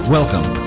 Welcome